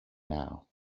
now